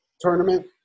tournament